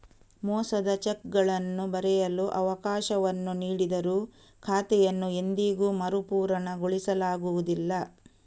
ಮೋಸದ ಚೆಕ್ಗಳನ್ನು ಬರೆಯಲು ಅವಕಾಶವನ್ನು ನೀಡಿದರೂ ಖಾತೆಯನ್ನು ಎಂದಿಗೂ ಮರುಪೂರಣಗೊಳಿಸಲಾಗುವುದಿಲ್ಲ